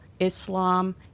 Islam